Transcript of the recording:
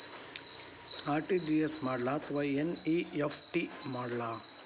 RTGS ಮಾಡ್ಲೊ NEFT ಮಾಡ್ಲೊ?